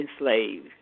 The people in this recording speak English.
enslaved